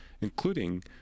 including